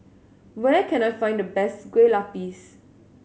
where can I find the best Kueh Lupis